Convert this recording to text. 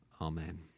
Amen